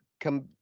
come